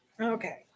okay